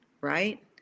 right